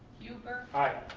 hubber. aye.